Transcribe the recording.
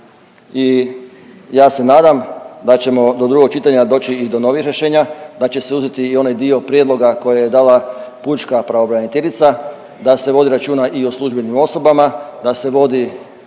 I ja se nadam da ćemo do drugog čitanja doći i do novih rješenja, da će se uzeti i onaj dio prijedloga koje je dala pučka pravobraniteljica da se vodi računa i o službenim osobama, da se vodi